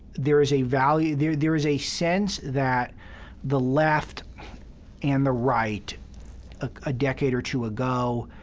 there is a value, there there is a sense that the left and the right ah a decade or two ago,